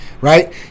right